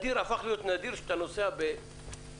הפך להיות נדיר שאתה נוסע חלק.